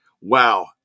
wow